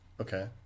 okay